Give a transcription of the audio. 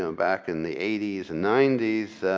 so back in the eighty s and ninety s,